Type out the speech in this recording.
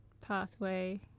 pathway